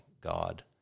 god